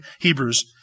Hebrews